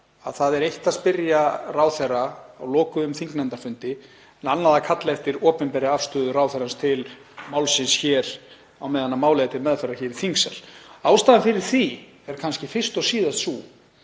að það er eitt að spyrja ráðherra á lokuðum þingnefndarfundi og annað að kalla eftir opinberri afstöðu ráðherrans til málsins á meðan það er til meðferðar í þingsal. Ástæðan fyrir því er kannski fyrst og síðast sú